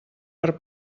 per